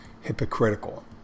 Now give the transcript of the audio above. hypocritical